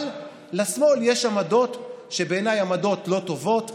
אבל לשמאל יש עמדות שבעיניי הן עמדות לא טובות,